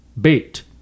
bait